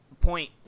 point